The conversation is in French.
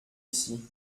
ici